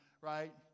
right